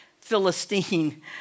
Philistine